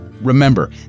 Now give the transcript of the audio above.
Remember